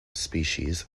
species